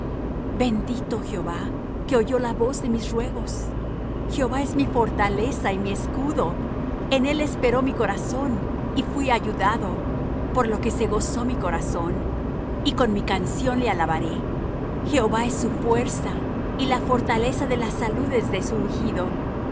bendito jehová que oyó la voz de mis ruegos jehová es mi fortaleza y mi escudo en él esperó mi corazón y fuí ayudado por lo que se gozó mi corazón y con mi canción le alabaré jehová es su fuerza y la fortaleza de las saludes de